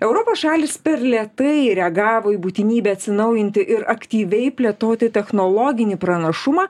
europos šalys per lėtai reagavo į būtinybę atsinaujinti ir aktyviai plėtoti technologinį pranašumą